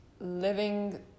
living